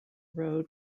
road